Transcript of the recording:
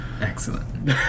Excellent